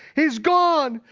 he's gone,